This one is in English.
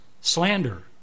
slander